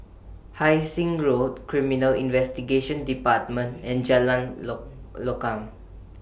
Hai Sing Road Criminal Investigation department and Jalan Lokam